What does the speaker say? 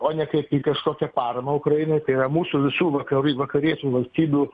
o ne kaip į kažkokią paramą ukrainai tai yra mūsų visų vakarai vakariečių valstybių